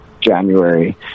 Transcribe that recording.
January